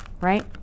Right